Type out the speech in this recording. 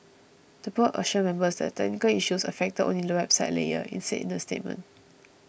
the Board assures members that the technical issues affected only the website layer it said in a statement